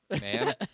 man